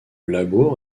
labour